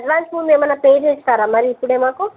advance ముందు ఏమైనా pay చేస్తారా మరి ఇప్పుడే మాకు